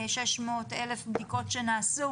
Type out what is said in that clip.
600,000 בדיקות שנעשו,